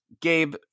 Gabe